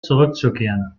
zurückzukehren